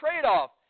trade-off